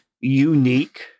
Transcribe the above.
unique